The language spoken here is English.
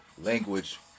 language